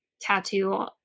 tattoo